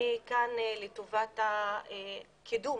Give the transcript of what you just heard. אני כאן לטובת הקידום,